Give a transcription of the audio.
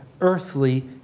earthly